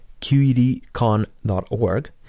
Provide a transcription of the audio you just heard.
qedcon.org